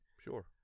Sure